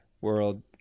world